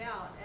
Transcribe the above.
out